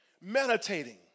Meditating